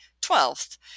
twelfth